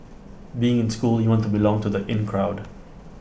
being in school you want to belong to the in crowd